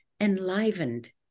enlivened